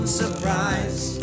surprise